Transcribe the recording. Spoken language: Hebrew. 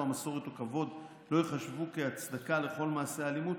המסורת או "כבוד" לא ייחשבו כהצדקה לכל מעשה אלימות,